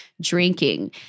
drinking